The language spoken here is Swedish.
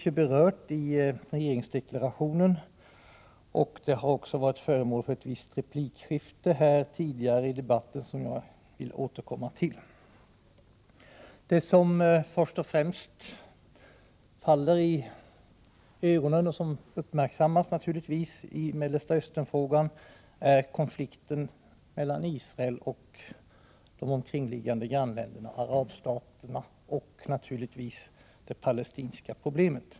De berörs i regeringsdeklarationen, och de har också varit föremål för en viss replikväxling tidigare, som jag vill återkomma till. Det som först och främst faller en i ögonen och uppmärksammas i Mellersta Östern-frågan är konflikten mellan Israel och de omkringliggande arabstaterna och, naturligtvis, det palestinska problemet.